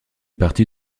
partie